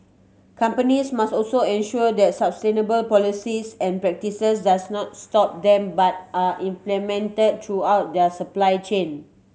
companies must also ensure that sustainable policies and practices does not stop them but are implemented throughout their supply chain